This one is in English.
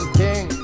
king